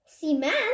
cement